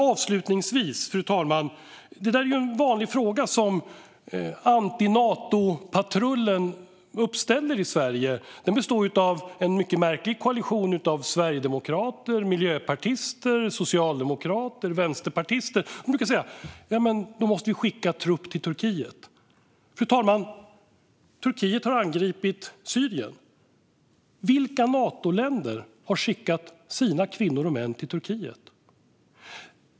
Avslutningsvis, fru talman, finns det en vanlig fråga som anti-Nato-patrullen, bestående av en mycket märklig koalition av sverigedemokrater, miljöpartister, socialdemokrater och vänsterpartister, uppställer i Sverige. De brukar säga att vi måste skicka trupp till Turkiet om vi blir medlemmar. Turkiet har angripit Syrien, fru talman. Vilka Natoländer har skickat sina kvinnor och män till Turkiet?